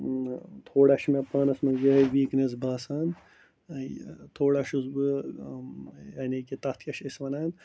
تھوڑا چھُ مےٚ پانَس منٛز یِہَے ویٖکنٮ۪س باسان یہِ تھوڑا چھُس بہٕ یعنی کہِ تَتھ کیٛاہ چھِ أسۍ وَنان